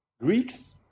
Greeks